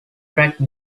track